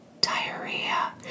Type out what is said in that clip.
Diarrhea